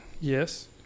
Yes